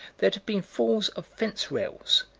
there'd have been falls of fence rails,